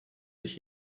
sich